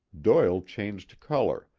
doyle changed color,